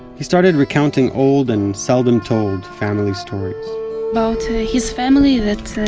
he started recounting old and seldom-told family stories about his family that